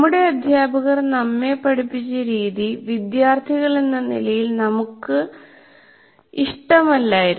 നമ്മുടെ അധ്യാപകർ നമ്മെ പഠിപ്പിച്ച രീതി വിദ്യാർത്ഥികളെന്ന നിലയിൽ നമുക്ക് ഇഷ്ടമല്ലായിരുന്നു